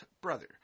brother